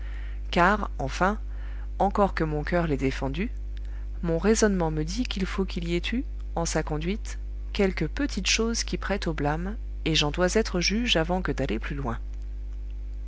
car enfin encore que mon coeur l'ait défendue mon raisonnement me dit qu'il faut qu'il y ait eu en sa conduite quelque petite chose qui prête au blâme et j'en dois être juge avant que d'aller plus loin